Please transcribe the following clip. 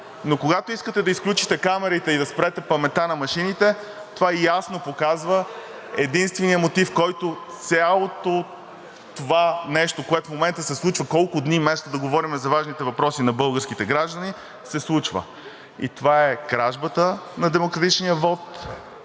но когато искате да изключите камерите и да спрете паметта на машините, това ясно показва единствения мотив, с който цялото това нещо, което в момента се случва… Колко дни вместо да говорим по важните въпроси за българските граждани… Това е кражбата на демократичния вот,